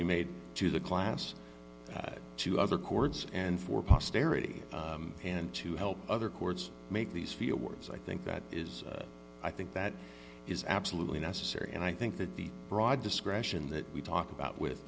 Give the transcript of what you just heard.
be made to the class to other chords and for posterity and to help other courts make these feel words i think that is i think that is absolutely necessary and i think that the broad discretion that we talk about with